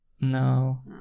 No